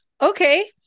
Okay